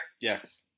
Yes